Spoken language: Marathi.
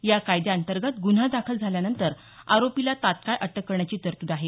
या कायद्याअंतर्गत गुन्हा दाखल झाल्यानंतर आरोपीला तात्काळ अटक करण्याची तरतूद आहे